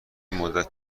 مدت